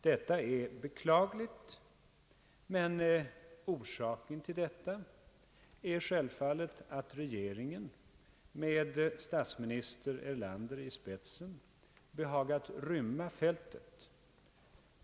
Detta är beklagligt, men orsaken till detta är självfallet att regeringen med statsminister Erlander i spetsen behagat rymma fältet.